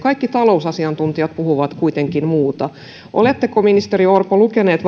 kaikki talousasiantuntijat puhuvat kuitenkin muuta oletteko ministeri orpo lukenut